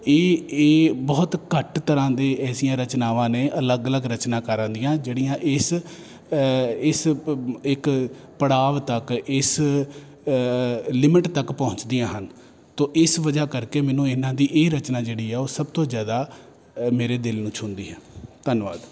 ਇਹ ਇਹ ਬਹੁਤ ਘੱਟ ਤਰ੍ਹਾਂ ਦੇ ਐਸੀਆਂ ਰਚਨਾਵਾਂ ਨੇ ਅਲੱਗ ਅਲੱਗ ਰਚਨਾਕਾਰਾਂ ਦੀਆਂ ਜਿਹੜੀਆਂ ਇਸ ਇਸ ਇੱਕ ਪੜਾਵ ਤੱਕ ਇਸ ਲਿਮਿਟ ਤੱਕ ਪਹੁੰਚਦੀਆਂ ਹਨ ਤੋ ਇਸ ਵਜ੍ਹਾ ਕਰਕੇ ਮੈਨੂੰ ਇਹਨਾਂ ਦੀ ਹੀ ਰਚਨਾ ਜਿਹੜੀ ਹੈ ਉਹ ਸਭ ਤੋਂ ਜ਼ਿਆਦਾ ਮੇਰੇ ਦਿਲ ਨੂੰ ਛੂਹੰਦੀ ਹੈ ਧੰਨਵਾਦ